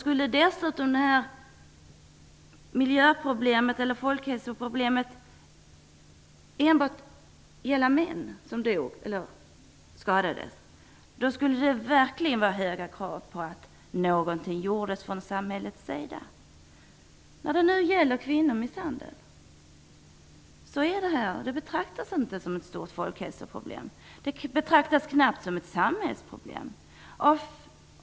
Skulle folkhälsoproblemet dessutom enbart gälla män, skulle det verkligen ställas höga krav på att någonting gjordes från samhällets sida. När det nu gäller kvinnomisshandel betraktas det inte som ett stort folkhälsoproblem. Det betraktas knappast som ett samhällsproblem.